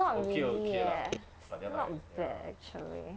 not really eh it's not bad actually